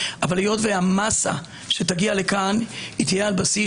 אבל היות והמסה שתגיע לכאן תהיה על בסיס